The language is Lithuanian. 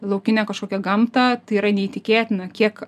laukinę kažkokią gamtą tai yra neįtikėtina kiek